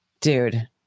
Dude